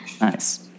Nice